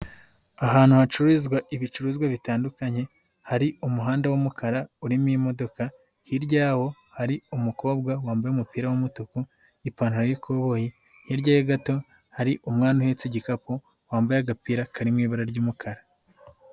Ahantu hacururizwa ibicuruzwa bitandukanye, hari umuhanda w'umukara urimo imodoka, hiryawo hari umukobwa wambaye umupira w'umutuku, ipantaro y'ikoboyi hirya ye gato hari umwana uhetse igikapu wambaye agapira karimo ibara ry'umukara.